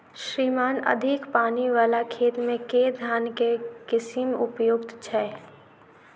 श्रीमान अधिक पानि वला खेत मे केँ धान केँ किसिम उपयुक्त छैय?